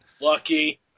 Lucky